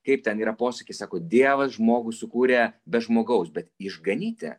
kaip ten yra posakis sako dievas žmogų sukūrė be žmogaus bet išganyti